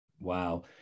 Wow